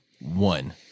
one